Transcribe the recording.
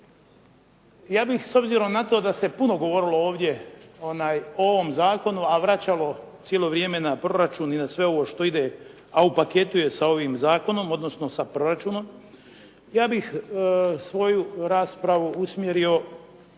Ja bih, s obzirom na to da se puno govorilo ovdje o ovom zakonu, a vraćalo cijelo vrijeme na proračun i na sve ovo što ide, a u paketu je sa ovim zakonom, odnosno sa proračunom, ja bih svoju raspravu usmjerio